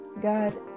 God